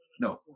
no